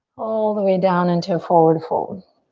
all the way down into a forward fold.